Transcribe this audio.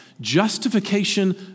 justification